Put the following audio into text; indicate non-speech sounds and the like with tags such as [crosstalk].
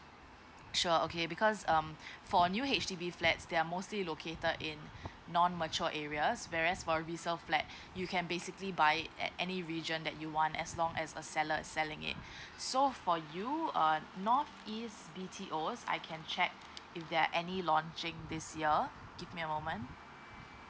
sure okay because um for new H_D_B flats there're mostly located in non mature area whereas for resale flat you can basically buy it at any region that you want as long as a seller is selling it [breath] so for you err north east B_T_O's I can check if there are any launching this year give me a moment